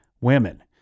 women